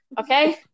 okay